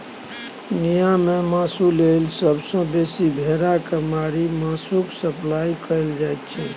दुनियाँ मे मासु लेल सबसँ बेसी भेड़ा केँ मारि मासुक सप्लाई कएल जाइ छै